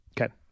okay